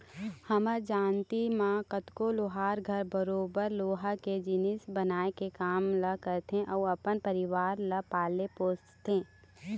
हमर जानती म कतको लोहार घर बरोबर लोहा के जिनिस बनाए के काम ल करथे अउ अपन परिवार ल पालथे पोसथे